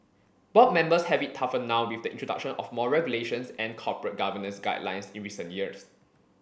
board members have it tougher now with the introduction of more regulations and corporate governance guidelines in recent years